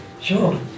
Sure